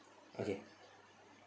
okay